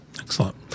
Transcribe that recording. Excellent